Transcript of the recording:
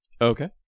Okay